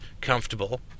comfortable